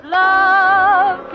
love